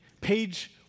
page